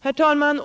Herr talman!